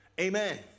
Amen